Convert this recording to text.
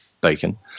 bacon